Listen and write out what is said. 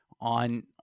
on –